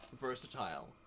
versatile